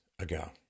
ago